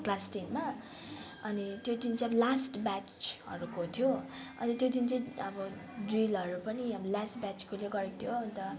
class टेनमा अनि त्यो दिन चाहिँ अब लास्ट ब्याचहरूको थियो अनि त्यो दिन चाहिँ अब ड्रिलहरू पनि अब लास्ट ब्याचकोले गरेको थियो अन्त